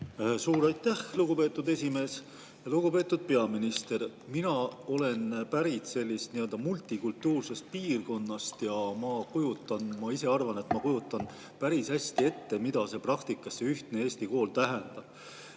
Suur aitäh, lugupeetud esimees! Lugupeetud peaminister! Mina olen pärit sellisest nii-öelda multikultuursest piirkonnast ja ma ise arvan, et ma kujutan päris hästi ette, mida praktikas see ühtne eesti kool tähendab.